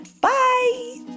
Bye